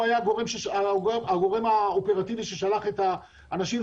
הוא היה הגורם האופרטיבי ששלך את האנשים,